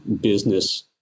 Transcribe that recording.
business